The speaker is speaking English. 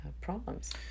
problems